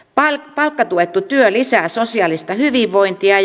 palkkatuettu työ lisää sosiaalista hyvinvointia